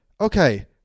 okay